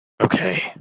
Okay